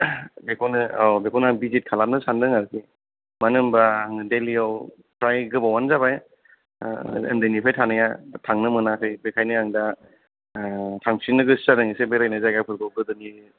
बेखौनो औ बेखौनो बिजिथ खालामनो सानदों आरखि मानो होनबा आं दिल्लियाव फ्राय गोबावानो जाबाय उन्दैनिफ्राइ थानाया थांनो मोनाखै बेखायनो आं दा थांफिननो गोसो जादों एसे बेरायनो जायगाफोरखौ गोदोनि